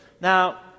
Now